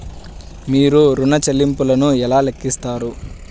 మీరు ఋణ ల్లింపులను ఎలా లెక్కిస్తారు?